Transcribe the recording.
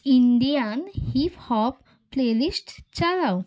Indian hip hop playlist চালাও